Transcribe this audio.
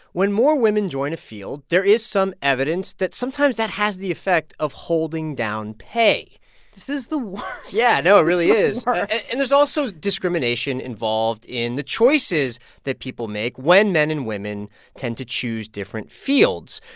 when more women join a field, there is some evidence that sometimes that has the effect of holding down pay this is the worst yeah, no, it really is. and there's also discrimination involved in the choices that people make when men and women tend to choose different fields.